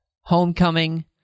Homecoming